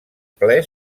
ple